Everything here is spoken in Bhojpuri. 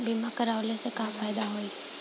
बीमा करवला से का फायदा होयी?